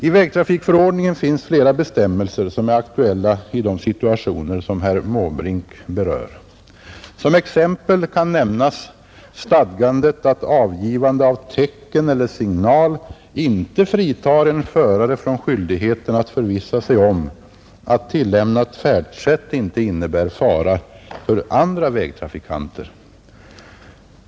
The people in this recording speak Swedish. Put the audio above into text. I vägtrafikförordningen finns flera bestämmelser som är aktuella i de situationer som herr Måbrink berör. Som exempel kan nämnas stadgandet att avgivande av tecken eller signal inte fritar en förare från skyldigheten att förvissa sig om att tillämnat färdsätt inte innebär fara för andra vägtrafikanter.